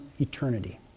eternity